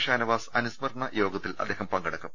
ഷാനവാസ് അനുസ്മരണ യോഗത്തിൽ അദ്ദേഹം പങ്കെടുക്കും